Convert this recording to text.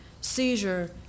seizure